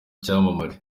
cyamamare